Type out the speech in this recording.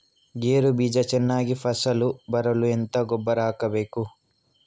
ಗೇರು ಬೀಜ ಚೆನ್ನಾಗಿ ಫಸಲು ಬರಲು ಎಂತ ಗೊಬ್ಬರ ಹಾಕಬೇಕು?